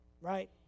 right